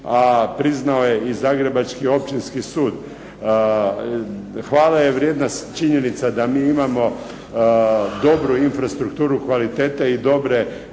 a priznao je i Zagrebački općinski sud. Hvale je vrijedna činjenica da mi imamo dobru infrastrukturu kvalitete i dobro